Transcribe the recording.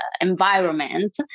environment